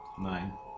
Nine